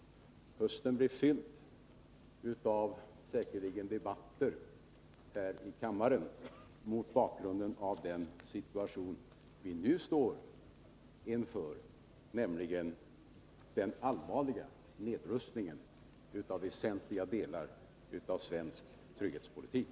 Hösten blir säkert fylld av debatter här i kammaren om dessa frågor mot bakgrunden av den situation som vi nu står inför, nämligen den allvarliga nedrustningen av väsentliga delar av svensk trygghetspolitik.